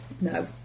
No